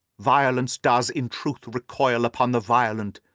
violence does, in truth, recoil upon the violent,